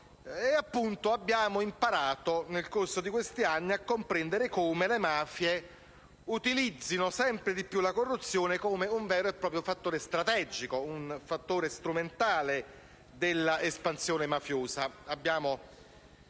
gravi. Abbiamo imparato, nel corso di questi anni, a comprendere come le mafie utilizzino sempre di più la corruzione come un vero e proprio fattore strategico, un fattore strumentale dell'espressione mafiosa.